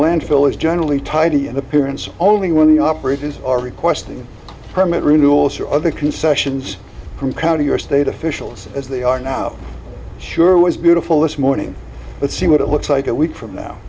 landfill is generally tidy in appearance only when the operators are requesting permit renewals or other concessions from county or state officials as they are now sure was beautiful this morning let's see what it looks like a week from now